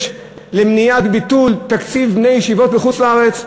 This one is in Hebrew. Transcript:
למניעת ביטול תקציב בני ישיבות בחוץ-לארץ.